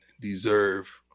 deserve